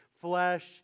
flesh